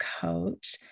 coach